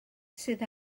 sydd